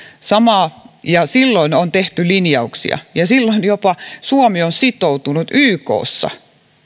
samaa ja silloin on tehty linjauksia ja silloin suomi on jopa sitoutunut ykssa